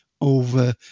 over